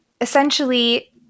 essentially